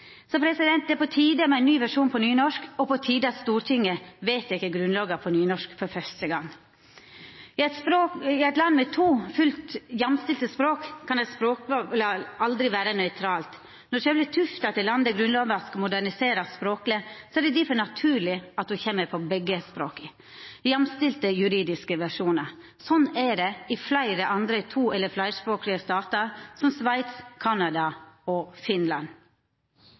Så det er på tide med ein ny versjon på nynorsk og på tide at Stortinget vedtek Grunnlova på nynorsk for første gong. I eit land med to fullt jamstilte språk kan eit språkval aldri vera nøytralt. Når sjølve tufta til landet, Grunnlova, skal moderniserast språkleg, er det difor naturleg at ho kjem på begge språka i jamstilte juridiske versjonar. Sånn er det i fleire andre to- eller fleirspråklege statar, som Sveits, Canada og Finland.